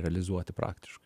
realizuoti praktiškai